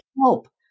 help